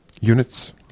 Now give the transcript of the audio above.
units